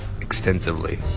extensively